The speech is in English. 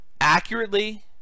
accurately